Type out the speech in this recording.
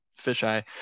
fisheye